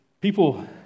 people